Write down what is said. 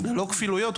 לא כפילויות,